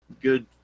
good